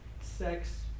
sex